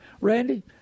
Randy